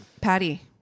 Patty